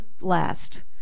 last